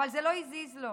אבל זה לא הזיז לו.